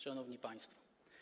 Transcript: Szanowni Państwo!